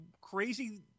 crazy